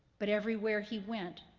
but everywhere he went,